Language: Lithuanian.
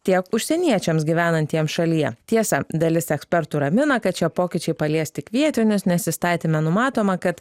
tiek užsieniečiams gyvenantiems šalyje tiesa dalis ekspertų ramina kad šie pokyčiai palies tik vietinius nes įstatyme numatoma kad